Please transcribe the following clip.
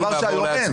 דבר שלא קורה היום.